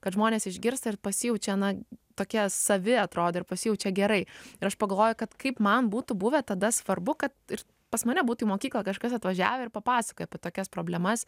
kad žmonės išgirsta ir pasijaučia na tokie savi atrodo ir pasijaučia gerai ir aš pagalvoju kad kaip man būtų buvę tada svarbu kad ir pas mane būtų į mokyklą kažkas atvažiavę ir papasakoję apie tokias problemas